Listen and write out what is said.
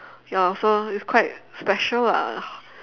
ya so it's quite special lah